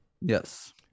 Yes